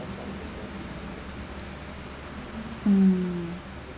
mm